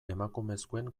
emakumezkoen